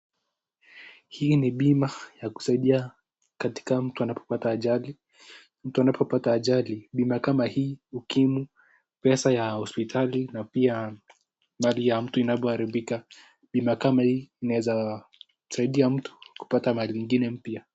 Hii ni bima ya kusaidia katika mtu anapopata ajali. Mtu anapopata ajali bima kama hii hukimu pesa ya hospitali na pia mali ya mtu inapo haribika. Bima kama hii inaweza saidia mtu kupata mali ingine mpya.